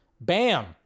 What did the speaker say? Bam